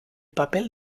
papel